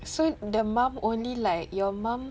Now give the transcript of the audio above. so the mum only like your mum